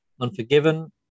Unforgiven